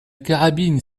carabine